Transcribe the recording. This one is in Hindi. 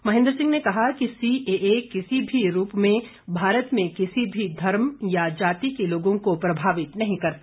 महेंद्र सिंह ने कहा कि सीएए किसी भी रूप में भारत में किसी भी धर्म या जाति के लोगों को प्रभावित नहीं करता